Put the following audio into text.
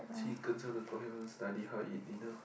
chicken sun o-clock haven't even study how I eat dinner